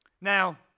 Now